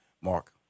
Mark